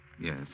yes